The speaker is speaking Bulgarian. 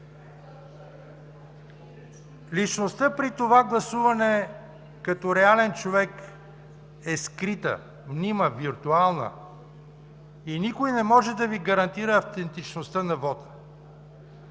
Личността при това гласуване като реален човек е скрита, мнима, виртуална и никой не може да Ви гарантира автентичността на вота.